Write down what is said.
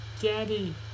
Daddy